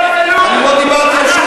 אני לא דיברתי על שום